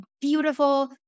beautiful